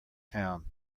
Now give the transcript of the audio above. town